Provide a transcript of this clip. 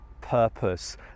purpose